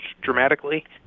dramatically